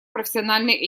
профессиональной